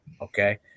okay